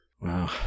Wow